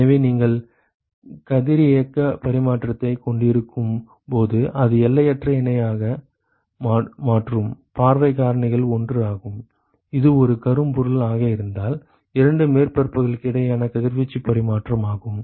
எனவே நீங்கள் கதிரியக்கப் பரிமாற்றத்தைக் கொண்டிருக்கும் போது அது எல்லையற்ற இணையான மற்றும் பார்வைக் காரணிகள் 1 ஆகும் இது ஒரு கரும்பொருள் ஆக இருந்தால் இரண்டு மேற்பரப்புகளுக்கு இடையிலான கதிர்வீச்சு பரிமாற்றமாகும்